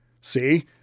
See